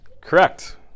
Correct